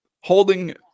holding